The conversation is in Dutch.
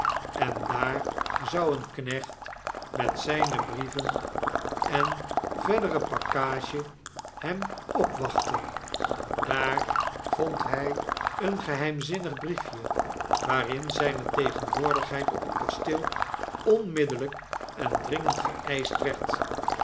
en daar zou een knecht met zyne brieven en verdere pakkage hem opwachten daar vond hy een geheimzinnig briefje waarin zyne tegenwoordigheid op het kasteel onmiddellyk en dringend geeischt werd